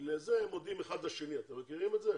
הם מודים אחד לשני, אתם מכירים את זה?